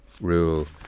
rule